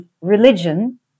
religion